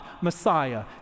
Messiah